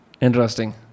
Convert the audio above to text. Interesting